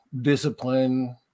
discipline